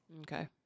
Okay